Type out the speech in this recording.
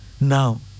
Now